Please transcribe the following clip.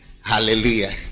hallelujah